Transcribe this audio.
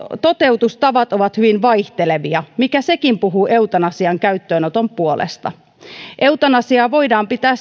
toteutustavat ovat hyvin vaihtelevia mikä sekin puhuu eutanasian käyttöönoton puolesta eutanasiaa voidaan pitää